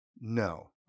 No